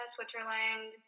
Switzerland